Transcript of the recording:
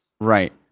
right